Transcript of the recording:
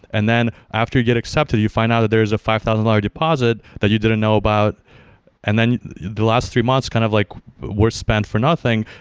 and then after you get accepted, you find out that there's a five thousand dollars deposit that you didn't know about and then the last three months kind of like were spent for nothing.